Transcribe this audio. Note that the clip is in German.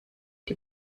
die